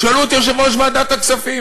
תשאלו את יושב-ראש ועדת הכספים